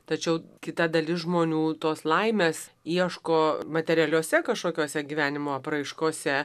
tačiau kita dalis žmonių tos laimės ieško materialiose kažkokiose gyvenimo apraiškose